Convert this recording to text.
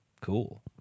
Cool